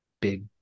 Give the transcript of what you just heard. big